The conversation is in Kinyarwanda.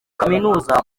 kaminuza